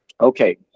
Okay